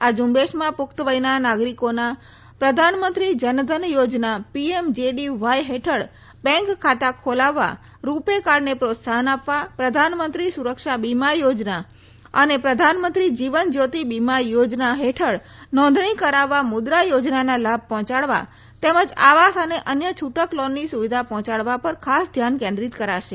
આ ઝુંબેશમાં પુખ્તવયના નાગરિકોના પ્રધાનમંત્રી જનધન યોજના પીએમજેડીવાય હેઠળ બેન્ક ખાતે ખોલાવવા રૂપે કાર્ડને પ્રોત્સાહન આપવા પ્રધાનમંત્રી સુરક્ષા બીમા યોજના પીએમએસબીવાય અને પ્રધાનમંત્રી જીવન જ્યોતિ બીમા યોજના પીએમજેજેબીવાય યોજના હેઠળ નોંધણી કરાવવા મુદ્રા યોજનાના લાભ પહોંચાડવા તેમજ આવાસ અને અન્ય છૂટક લોનની સુવિધા પહોંચાડવા પર ખાસ ધ્યાન કેન્દ્રીત કરાશે